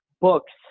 Books